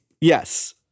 Yes